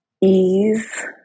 ease